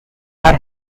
are